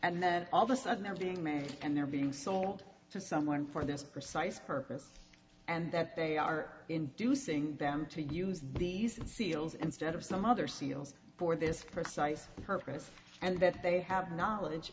and then all of a sudden they're being made and they're being sold to someone for this precise purpose and that they are inducing them to use these seals and stead of some other seals for this precise purpose and that they have knowledge